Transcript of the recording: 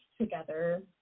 together